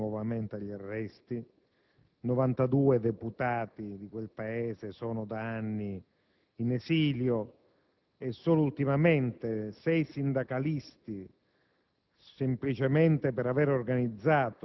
Aung San Suu Kyi dal 2003 è nuovamente agli arresti, 92 deputati di quel Paese sono da anni in esilio e solo ultimamente sei sindacalisti,